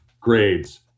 grades